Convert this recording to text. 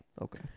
Okay